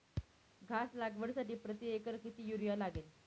घास लागवडीसाठी प्रति एकर किती युरिया लागेल?